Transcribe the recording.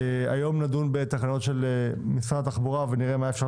היום נדון בתקנות של משרד התחבורה ונראה מה אפשר